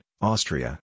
Austria